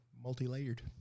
Multi-layered